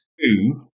two